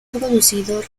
producido